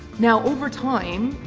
now over time,